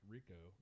Rico